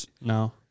No